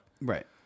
Right